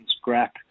scrap